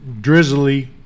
drizzly